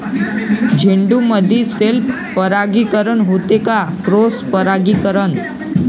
झेंडूमंदी सेल्फ परागीकरन होते का क्रॉस परागीकरन?